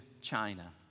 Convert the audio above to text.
China